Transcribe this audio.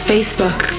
Facebook